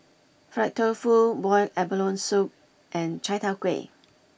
Fried Tofu Boiled Abalone Soup and Chai Tow Kway